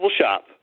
shop